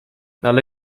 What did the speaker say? ale